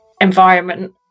environment